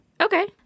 Okay